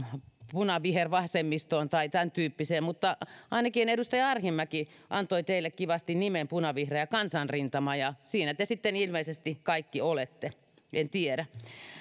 punavihervasemmistoon tai tämäntyyppiseen kuuluvaksi mutta ainakin edustaja arhinmäki antoi teille kivasti nimen punavihreä kansanrintama ja siinä te sitten ilmeisesti kaikki olette en tiedä